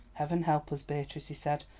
heaven help us, beatrice, he said.